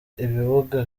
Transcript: ibibuga